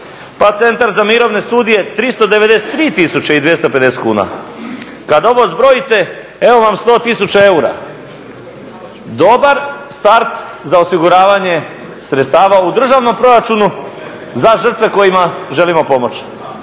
Pa Centar za mirovne studije, 393 tisuće i 250 kuna. Kad ovo zbrojite evo vam 100 tisuća eura. Dobar start za osiguravanje sredstava u državnom proračuna za žrtve kojima želimo pomoći.